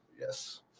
Yes